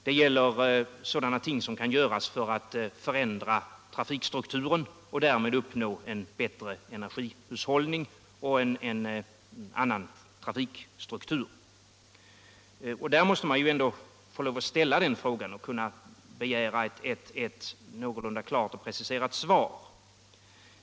Det gäller också frågan vad man kan göra för att ändra trafikstrukturen och därmed uppnå en bättre energihushållning. På den punkten bör man iändå få ställa en fråga och begära ett någorlunda klart preciserat svar.